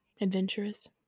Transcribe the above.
adventurous